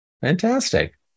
Fantastic